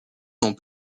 dans